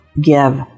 give